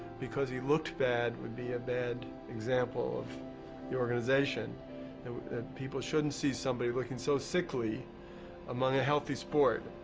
because he looked bad, would be a bad example of the organization, that people shouldn't see somebody looking so sickly among a healthy sport.